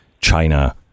China